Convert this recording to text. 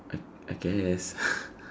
I I guess